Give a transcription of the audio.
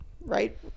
right